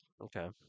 Okay